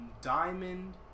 Diamond